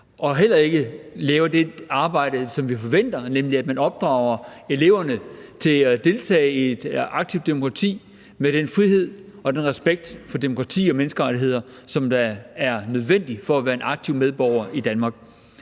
heller ikke det arbejde, som vi forventer, nemlig at opdrage eleverne til at deltage i et aktivt demokrati med den frihed og den respekt for demokrati og menneskerettigheder, som er nødvendig for at være en aktiv medborger i Danmark.